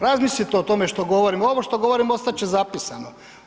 Razmislite o tome što govorim, ovo što govorim ostat će zapisano.